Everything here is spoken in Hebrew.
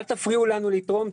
אל תפריעו לנו לתרום.